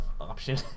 option